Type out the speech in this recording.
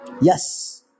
Yes